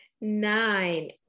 Nine